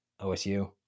OSU